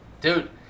Dude